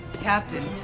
Captain